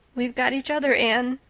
we've got each other, anne.